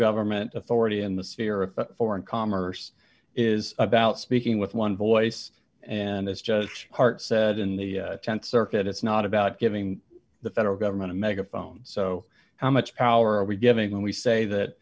government authority in the sphere of foreign commerce is about speaking with one voice and it's just heart said in the th circuit it's not about giving the federal government a megaphone so how much power are we giving when we say that